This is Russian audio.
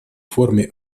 форме